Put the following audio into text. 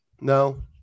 No